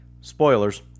spoilers